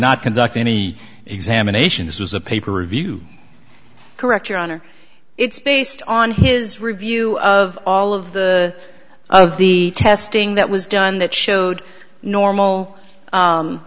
not conduct any examination this is a paper review correct your honor it's based on his review of all of the of the testing that was done that showed normal